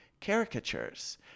caricatures